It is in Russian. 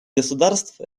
государств